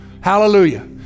Hallelujah